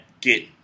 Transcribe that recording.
get